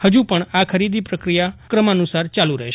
હજુ પજ્ઞ આ ખરીદી પ્રક્રિયા ક્રમાનુસાર ચાલુ રહેશે